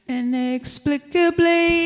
inexplicably